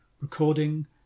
Recording